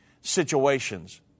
situations